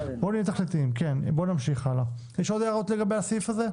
האם יש עוד הערות לגבי הסעיף הזה?